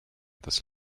this